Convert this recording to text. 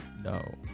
No